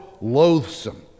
loathsome